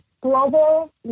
global